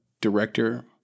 director